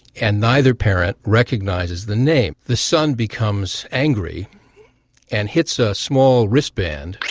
and neither parent recognises the name. the son becomes angry and hits a small wristband,